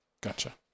Gotcha